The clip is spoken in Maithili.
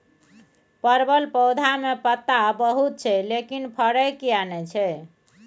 परवल पौधा में पत्ता बहुत छै लेकिन फरय किये नय छै?